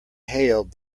hailed